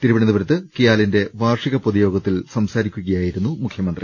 തിരുവന്തപുരത്ത് കിയാലിന്റെ വാർഷിക പൊതുയോഗത്തിൽ സംസാരിക്കുക യായിരുന്നു മുഖ്യമന്ത്രി